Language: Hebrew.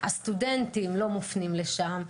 הסטודנטים לא מופנים לשם,